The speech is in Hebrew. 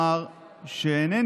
אומר בקצרה,